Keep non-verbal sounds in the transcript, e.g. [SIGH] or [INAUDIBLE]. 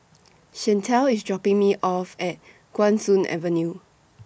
Shantell IS dropping Me off At [NOISE] Guan Soon Avenue